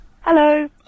Hello